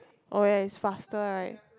oh ya it's faster right